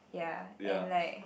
ya and like